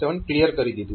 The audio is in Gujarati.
7 ક્લિયર કરી દીધુ છે